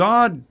God